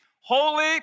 holy